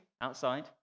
outside